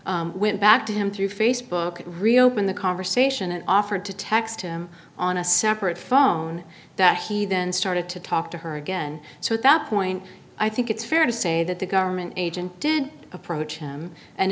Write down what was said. went back to him through facebook reopen the conversation and offered to text him on a separate phone that he then started to talk to her again so at that point i think it's fair to say that the government agent did approach him and